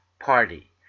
party